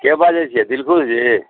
के बाजै छियै दिलखुशजी